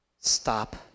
Stop